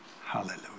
hallelujah